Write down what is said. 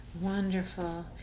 Wonderful